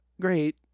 great